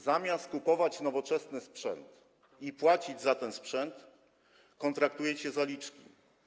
Zamiast kupować nowoczesny sprzęt i płacić za ten sprzęt, kontraktujecie zaliczki.